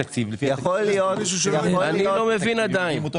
הם יכולים להביא תיקוני חקיקה.